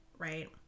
right